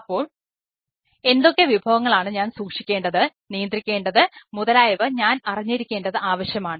അപ്പോൾ എന്തൊക്കെ വിഭവങ്ങളാണ് ഞാൻ സൂക്ഷിക്കേണ്ടത് നിയന്ത്രിക്കേണ്ടത് മുതലായവ ഞാൻ അറിഞ്ഞിരിക്കേണ്ടത് ആവശ്യമാണ്